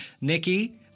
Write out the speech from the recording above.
Nikki